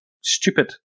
stupid